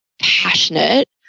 passionate